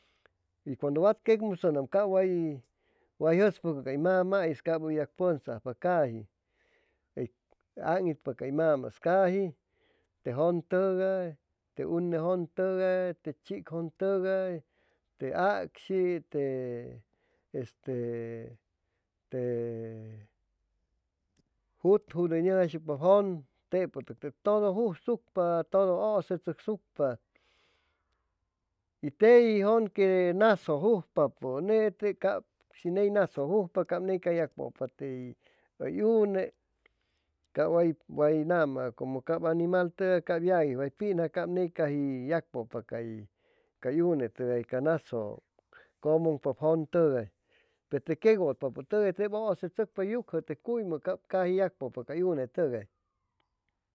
Y cuando wa queqmusʉnam cap way jʉspʉcʉ cay mamais cap hʉy yac pʉnsaajpa caji hʉy aŋitpa cay mamais caji te jʉntʉgay te une jʉntʉgay, te chicjʉntʉgay, te acshi, te este te jutjuj hʉy nʉmjaisucpa jʉn tepʉ tep todo jujsucpa todo ʉʉse tzʉcsucpa y teji jʉn que nasjʉ jujpapʉnete cap shi ney nasjʉ juspa cap ney cay ya pʉpa hʉy une cap way way nama como cap animal tʉgay cap yagui way pinja cap hʉy yacpʉpa cay unetʉgay ca nasjʉ cʉmʉŋpap jʉntʉgay pe te queqwʉtpapʉtʉgay tep ʉʉse tzʉcpa yucjʉ te cuymʉ cap caji hʉy yacpʉpa cay unetʉgay